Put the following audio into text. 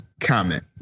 comment